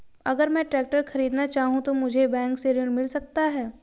अगर मैं ट्रैक्टर खरीदना चाहूं तो मुझे बैंक से ऋण मिल सकता है?